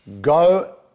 Go